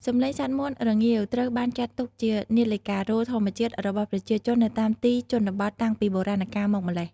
សំឡេងសត្វមាន់រងាវ ត្រូវបានចាត់ទុកជា នាឡិការោទ៍ ធម្មជាតិរបស់ប្រជាជននៅតាមទីជនបទតាំងពីបុរាណកាលមកម្ល៉េះ។